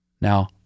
now